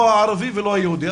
לא הערבי ולא היהודי.